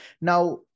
Now